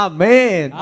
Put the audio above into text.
Amen